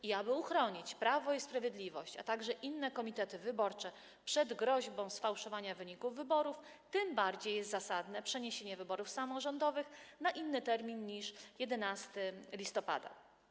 I aby uchronić Prawo i Sprawiedliwość, a także inne komitety wyborcze przed groźbą sfałszowania wyników wyborów, tym bardziej jest zasadne przeniesienie wyborów samorządowych na inny termin niż 11 listopada.